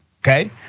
okay